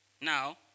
Now